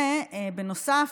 בנוסף,